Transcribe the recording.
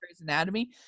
anatomy